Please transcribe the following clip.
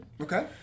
Okay